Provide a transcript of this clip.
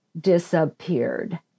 disappeared